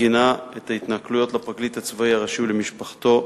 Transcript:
גינה את ההתנכלויות לפרקליט הצבאי הראשי ולמשפחתו,